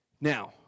Now